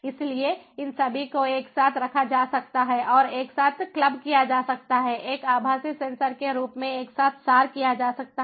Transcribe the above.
इसलिए इन सभी को एक साथ रखा जा सकता है और एक साथ क्लब किया जा सकता है एक आभासी सेंसर के रूप में एक साथ सार किया जा सकता है